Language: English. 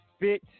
Fit